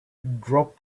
drop